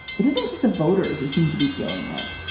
it isn't just the voters who seem to be feeling it.